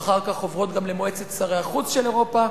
אחר כך עוברות גם למועצת שרי החוץ של אירופה.